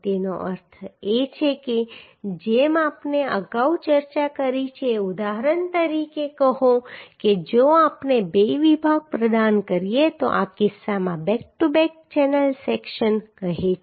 તેનો અર્થ એ છે કે જેમ આપણે અગાઉ ચર્ચા કરી છે ઉદાહરણ તરીકે કહો કે જો આપણે બે વિભાગ પ્રદાન કરીએ તો આ કિસ્સામાં back to back channel section કહે છે